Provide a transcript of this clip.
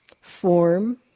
form